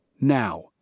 now